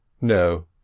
no